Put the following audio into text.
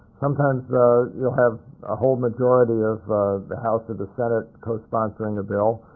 sometimes you'll have a whole majority of the house or the senate cosponsoring a bill,